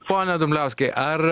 pone dumbliauskai ar